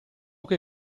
che